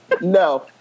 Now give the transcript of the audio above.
no